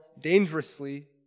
dangerously